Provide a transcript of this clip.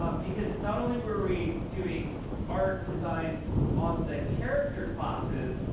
um because not only were we doing art design on the character classes,